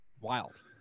wild